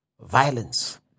violence